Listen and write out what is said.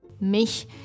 mich